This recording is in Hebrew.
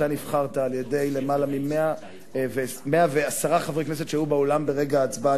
אתה נבחרת על-ידי 110 חברי כנסת שהיו באולם ברגע ההצבעה,